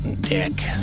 dick